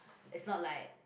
it's not like